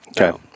okay